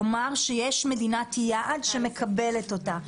כלומר, יש מדינת יעד שמקבלת אותה.